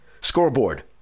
Scoreboard